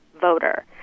voter